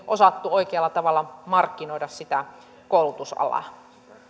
osattu oikealla tavalla markkinoida sitä koulutusalaa